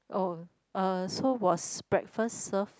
oh uh so was breakfast served